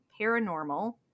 paranormal